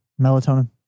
Melatonin